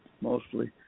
mostly